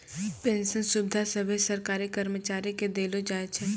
pension सुविधा सभे सरकारी कर्मचारी के देलो जाय छै